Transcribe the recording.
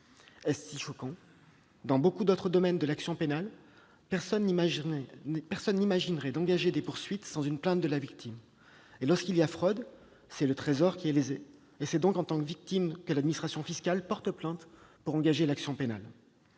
Est-ce si choquant ? Dans beaucoup d'autres domaines de l'action pénale, personne n'imaginerait que l'on puisse engager des poursuites sans une plainte de la victime. Or, en cas de fraude, c'est le Trésor qui est lésé ! C'est donc en tant que victime que l'administration fiscale porte plainte pour engager l'action pénale.